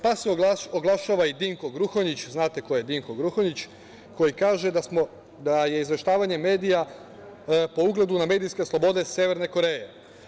Pa se oglašava i Dinko Gruhonjić, znate ko je Dinko Gruhonjić, koji kaže da je izveštavanje medija po ugledu na medijske slobode Severne Koreje.